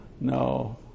No